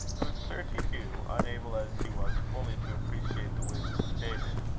it was clear to hugh, unable as he was fully to appreciate the wisdom of david,